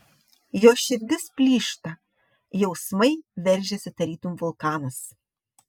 jos širdis plyšta jausmai veržiasi tarytum vulkanas